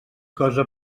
cosa